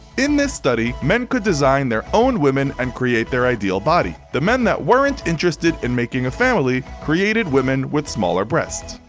in this study men could design their own women and create their ideal body. the men that weren't interested in making a family created women with smaller breasts.